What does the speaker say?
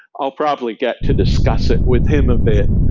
i'll probably get to discuss it with him a bit,